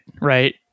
right